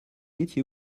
étiez